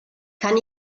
kann